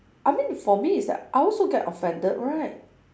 I mean for me is that I also get offended right